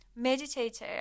meditator